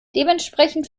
dementsprechend